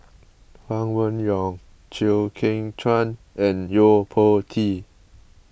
Huang Wenhong Chew Kheng Chuan and Yo Po Tee